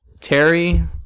Terry